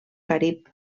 carib